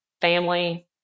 family